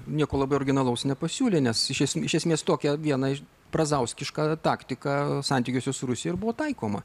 nieko labai originalaus nepasiūlė nes iš es iš esmės tokia viena iš brazauskiška taktika santykiuose su rusija ir buvo taikoma